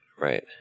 right